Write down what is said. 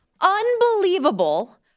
unbelievable